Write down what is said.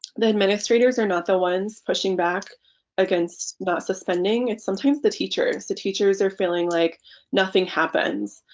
the administrators are not the ones pushing back against not suspending it sometimes the teachers. the teachers are feeling like nothing happens.